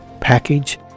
package